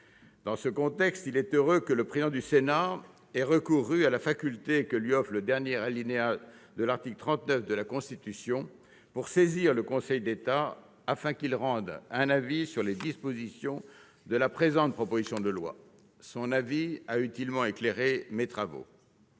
Dans ce contexte, il est heureux que le président du Sénat ait recouru à la faculté que lui offre le dernier alinéa de l'article 39 de la Constitution de saisir le Conseil d'État, afin que ce dernier rende un avis sur les dispositions de la présente proposition de loi. Cet avis a utilement éclairé mes travaux.